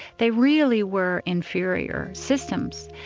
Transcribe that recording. they really were inferior systems,